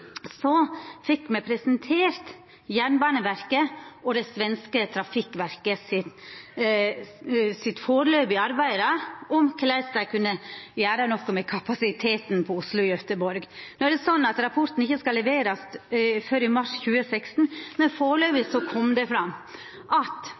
det svenske Trafikverket om kva ein kunne gjera med kapasiteten mellom Oslo og Gøteborg. No er det slik at rapporten ikkje skal leverast før i mars 2016, men